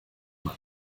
man